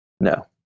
No